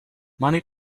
money